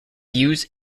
views